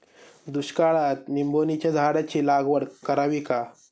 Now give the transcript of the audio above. दुष्काळात निंबोणीच्या झाडाची लागवड करावी का?